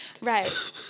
Right